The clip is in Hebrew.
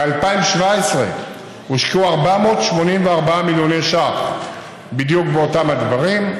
ב-2017 הושקעו 484 מיליוני ש"ח בדיוק באותם הדברים,